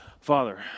Father